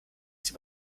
sie